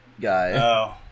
guy